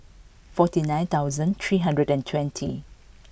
forty nine thousand three hundred and twenty